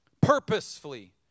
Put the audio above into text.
Purposefully